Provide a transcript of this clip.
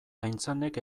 aintzanek